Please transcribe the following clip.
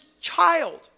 child